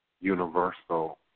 universal